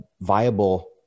viable